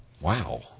Wow